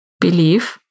believe